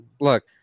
Look